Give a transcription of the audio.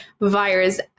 virus